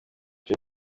jay